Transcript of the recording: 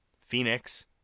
Phoenix